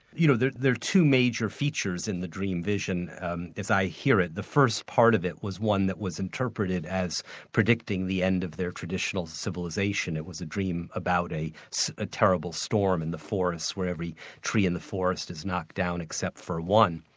you know there are two major features in the dream vision as i hear it. the first part of it was one that was interpreted as predicting the end of their traditional civilisation, it was a dream about a so a terrible storm in the forest, where the tree and the forest is knocked down except for one.